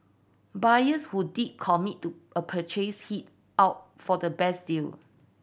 buyers who did commit to a purchase held out for the best deal